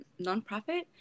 nonprofit